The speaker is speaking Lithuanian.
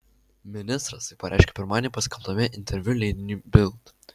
ministras tai pareiškė pirmadienį paskelbtame interviu leidiniui bild